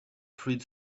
fluid